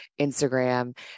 Instagram